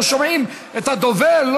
לא שומעים את הדובר,